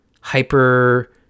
hyper